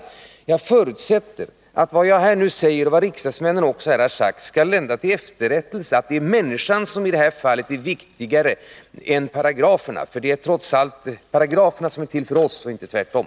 15 Jag förutsätter att vad jag nu säger liksom vad mina meddebattörer i kammaren har sagt skall lända till efterrättelse — dvs. att människan i det här fallet skall vara viktigare än paragraferna. Det är trots allt paragraferna som är till för oss, inte tvärtom.